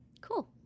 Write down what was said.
Cool